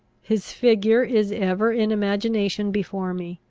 his figure is ever in imagination before me.